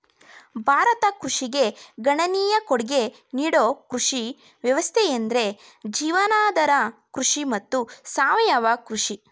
ಭಾರತ ಕೃಷಿಗೆ ಗಣನೀಯ ಕೊಡ್ಗೆ ನೀಡೋ ಕೃಷಿ ವ್ಯವಸ್ಥೆಯೆಂದ್ರೆ ಜೀವನಾಧಾರ ಕೃಷಿ ಮತ್ತು ಸಾವಯವ ಕೃಷಿ